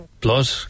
Blood